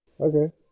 Okay